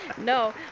no